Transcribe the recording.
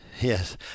Yes